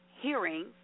hearing